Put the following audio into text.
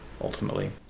ultimately